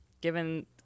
given